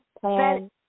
plan